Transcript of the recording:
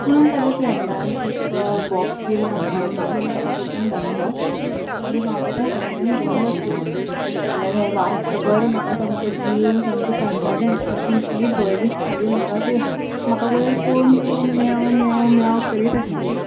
म्हणून ताच्या फ्रेंडान एक बॉक्स दिलें आमच्या हातींत आनी ताका तातूंंत घातलें आनी हांव ताका फाटल्यान घेवन बसलें म्हणल्यार हें वाटभर म्हाका सामको जीव सामको कासावीस अशी इतली भंय दिसताली म्हाका की म्हाका वयर पळोवन पळोवन म्याव म्याव म्याव करत आशिल्लें